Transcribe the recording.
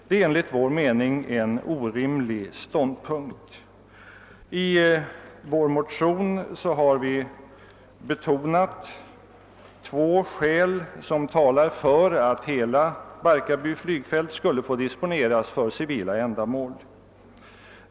Det är enligt vår uppfattning en orimlig ståndpunkt. I vår motion har vi betonat två skäl som talar för att hela Barkarby flygfält skulle få disponeras för civila ändamål.